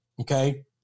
okay